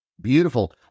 Beautiful